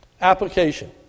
Application